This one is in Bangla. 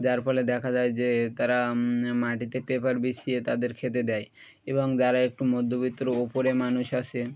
যার ফলে দেখা যায় যে তারা মাটিতে পেপার বিটাইকারাছি তাদের খেতে দেয় এবং যারা একটু মধ্যবিত্র ওপরে মানুষ আসে